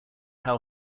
how